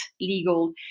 legal